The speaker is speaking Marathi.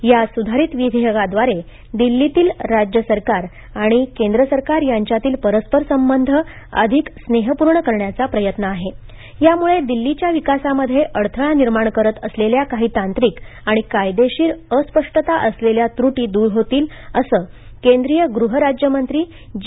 या सुधारित विधेयकाद्वारे दिल्लीतील राज्य सरकार आणि केंद्रसरकार यांच्यातील परस्पर संबंध अधिक स्नेहपूर्ण करण्याचा प्रयत्न आहे यामुळे दिल्लीच्या विकासामध्ये अडथळा निर्माण करत असलेल्या काही तांत्रिक आणि कायदेशीर अस्पष्टता असलेल्या त्र्टी दूर होतील असं केंद्रीय गृहराज्यमंत्री जी